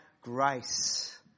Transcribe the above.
grace